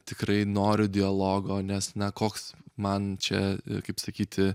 tikrai noriu dialogo nes na koks man čia kaip sakyti